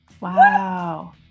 Wow